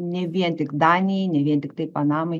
ne vien tik danijai ne vien tiktai panamai